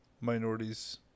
minorities